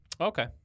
Okay